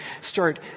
start